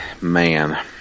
man